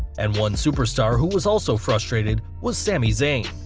and one superstar who was also frustrated was sami zayn.